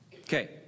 Okay